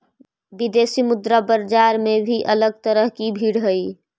विदेशी मुद्रा बाजार में भी अलग तरह की भीड़ हई